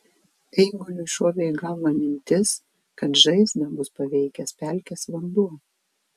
eiguliui šovė į galvą mintis kad žaizdą bus paveikęs pelkės vanduo